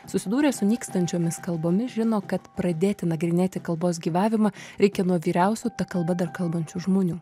susidūrę su nykstančiomis kalbomis žino kad pradėti nagrinėti kalbos gyvavimą reikia nuo vyriausių ta kalba dar kalbančių žmonių